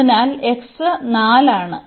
അതിനാൽ x 4 ആണ്